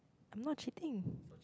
I am not cheating